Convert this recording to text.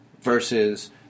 versus